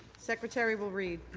secretary will read.